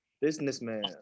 Businessman